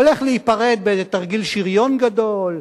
הולך להיפרד באיזה תרגיל שריון גדול,